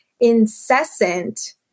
incessant